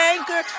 Anchor